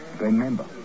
Remember